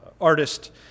Artist